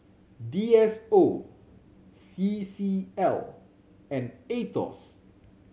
D S O C C L and Aetos